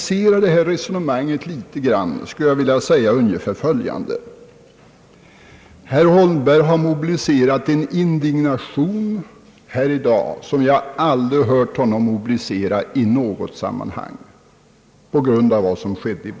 För att i någon mån relativisera debatten skulle jag vilja säga ungefär följande. Herr Holmberg har här i dag mobiliserat en indignation på grund av vad som inträffade i Båstad som jag inte i något sammanhang tidigare har hört honom ge uttryck för.